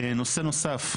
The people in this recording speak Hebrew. נושא נוסף,